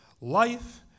life